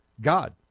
God